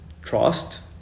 trust